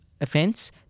Offence